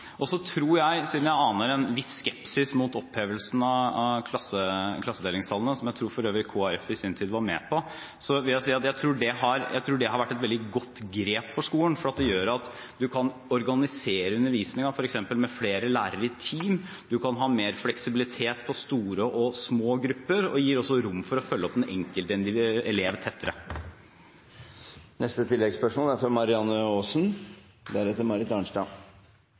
Jeg tror også, siden jeg aner en viss skepsis mot opphevelsen av klassedelingstallene – som jeg for øvrig tror Kristelig Folkeparti i sin tid var med på – at det har vært et veldig godt grep for skolen, for det gjør at man kan organisere undervisningen f.eks. med flere lærere i team, man kan ha mer fleksibilitet på store og små grupper, og det gir også rom for å følge opp den enkelte elev tettere. Marianne Aasen – til oppfølgingsspørsmål. Jeg synes det er